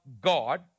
God